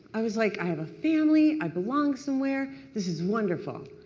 i was like, i have a family. i belong somewhere. this is wonderful.